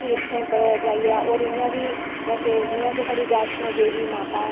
तीर्थें पर जाइयै और इयां बी जियां कि साढ़ी बैष्णो देवी माता ऐ